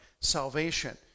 salvation